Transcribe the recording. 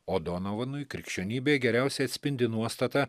odonovanui krikščionybė geriausiai atspindi nuostatą